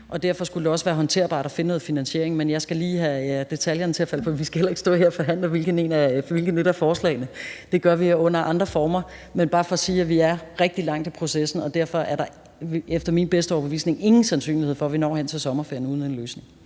Derfor skulle det også være håndterbart at finde en finansiering, men jeg skal lige have detaljerne til at falde på plads. Og vi skal heller ikke stå her og forhandle om forslagene. Det gør vi under andre former. Det er bare for at sige, at vi er rigtig langt i processen, og derfor er der efter min bedste overbevisning ingen sandsynlighed for, at vi når hen til sommerferien uden en løsning